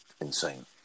insane